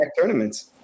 tournaments